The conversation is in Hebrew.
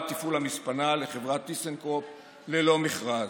תפעול המספנה לחברת טיסנקרופ ללא מכרז,